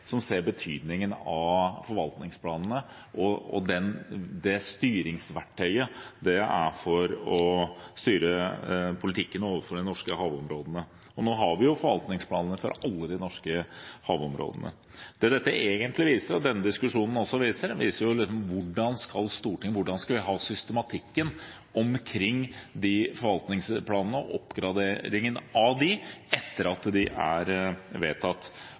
som ser betydningen av forvaltningsplanene, og at det styringsverktøyet er for å styre politikken overfor de norske havområdene. Og nå har vi jo forvaltningsplanene for alle de norske havområdene. Det dette egentlig viser, og som denne diskusjonen også viser, er hvordan Stortinget, hvordan vi skal ha systematikken omkring disse forvaltningsplanene og oppgraderingen av dem etter at de er vedtatt.